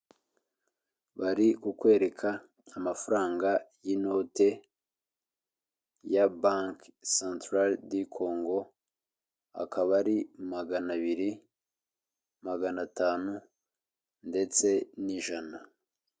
Bari kukwereka amafaranga y'inote, ya banki centrale du Congo, akaba ari magana abiri, magana atanu, ndetse n'ijana.